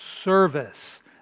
service